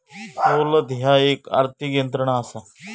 सवलत ह्या एक आर्थिक यंत्रणा असा